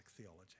theology